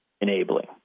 enabling